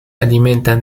alimentan